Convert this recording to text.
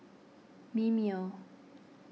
Mimeo